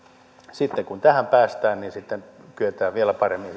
sitten kun tähän päästään niin kyetään vielä paremmin